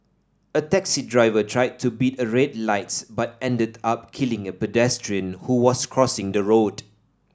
a taxi driver tried to beat a red light but ended up killing a pedestrian who was crossing the road